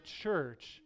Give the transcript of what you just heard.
church